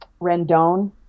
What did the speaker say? Rendon